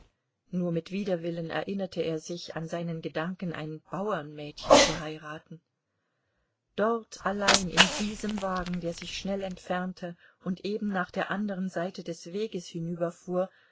nur mit widerwillen erinnerte er sich an seinen gedanken ein bauernmädchen zu heiraten dort allein in diesem wagen der sich schnell entfernte und eben nach der andern seite des weges